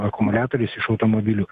akumuliatoriais iš automobilių